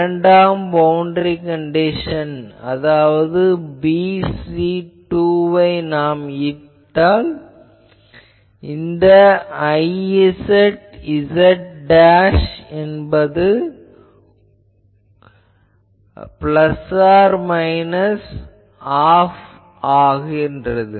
இரண்டாம் பவுண்டரி கண்டிஷனை நாம் இட்டால் BC2 இந்த Izz என்பது கூட்டல் கழித்தல் ½ ஆகும்